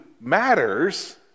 matters